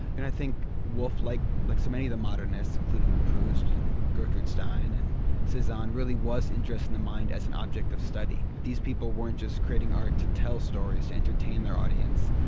and i think woolf, like like so many of the modernists including proust and gertrude stein and cezanne really was interested in the mind as an object of study. these people weren't just creating art to tell stories, to entertain their audience,